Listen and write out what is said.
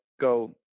go